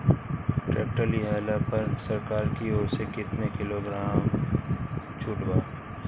Tractor लिहला पर सरकार की ओर से केतना किलोग्राम छूट बा?